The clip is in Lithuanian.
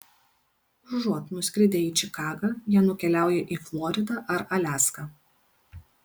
užuot nuskridę į čikagą jie nukeliauja į floridą ar aliaską